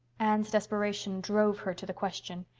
anne's desperation drove her to the question.